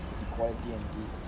the quality and the